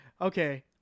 Okay